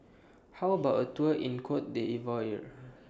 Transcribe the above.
How about A Tour in Cote D'Ivoire